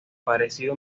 parecido